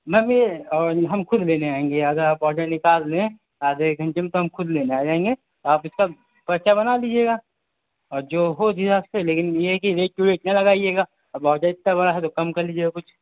میم یہ اور ہم خود لینے آئیں گے اگر آپ آڈر نکال دیں آدھے ایک گھنٹے میں تو ہم خود لینے آ جائیں گے آپ اس کا پرچہ بنا لیجیے گا اور جو ہو جس حساب سے لیکن یہ ہے کہ ریٹ ٹو ریٹ نہ لگائیے گا اب آڈر اتنا بڑا ہے تو کم کر لیجیے گا کچھ